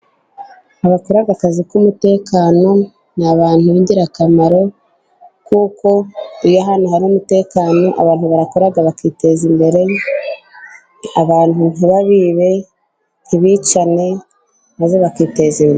Abakora akazi k'umutekano ,ni abantu b'ingirakamaro, kuko iyo ahantu hari umutekano, abantu bakora bakiteza imbere. Abantu ntibicane, ntibibe maze bakiteza imbere.